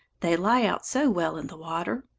they lie out so well in the water.